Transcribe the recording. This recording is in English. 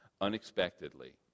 unexpectedly